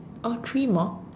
oh three more